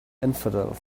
infidels